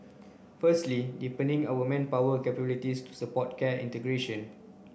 firstly deepening our manpower capabilities to support care integration